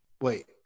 Wait